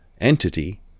entity